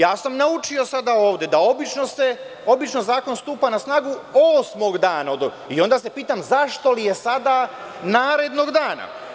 Naučio sam sada ovde da obično zakon stupa na snagu osmog dana i onda se pitam – zašto li je sada narednog dana?